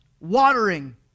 watering